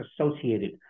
associated